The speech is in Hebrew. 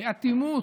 באטימות,